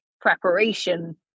preparation